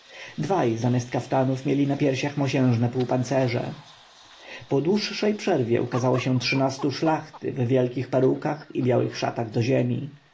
dwaj zamiast kaftanów mieli na piersiach mosiężne pół-pancerze po dłuższej przerwie ukazało się trzynastu szlachty w wielkich perukach i białych szatach do ziemi